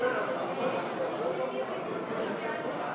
סעיפים 1 8 נתקבלו.